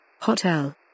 Hotel